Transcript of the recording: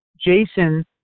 Jason